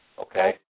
Okay